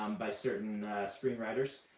um by certain screenwriters.